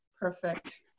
Perfect